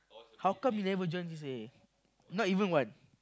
how come you never join C_C_A not even one